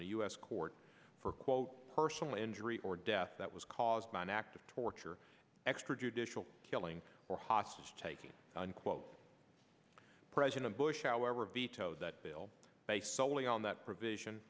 a u s court for quote personal injury or death that was caused by an act of torture extrajudicial killing or hostage taking unquote president bush however vetoed that bill based solely on that provision